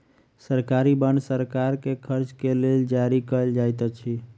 सरकारी बांड सरकार के खर्च के लेल जारी कयल जाइत अछि